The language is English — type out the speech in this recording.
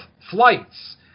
flights